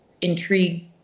intrigue